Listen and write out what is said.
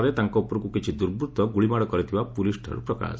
ରେ ତାଙ୍ ଉପରକୁ କିଛି ଦୁର୍ବୂଭ ଗୁଳିମାଡ଼ କରିଥିବା ପୁଲିସ୍ଠାରୁ ପ୍ରକାଶ